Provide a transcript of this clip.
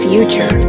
Future